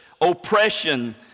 oppression